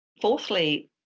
Fourthly